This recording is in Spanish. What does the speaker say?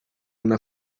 una